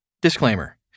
Disclaimer